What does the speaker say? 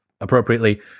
appropriately